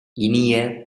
இனிய